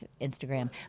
Instagram